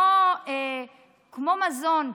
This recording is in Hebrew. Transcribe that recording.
כמו מזון.